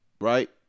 Right